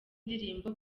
ndirimbo